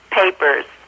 papers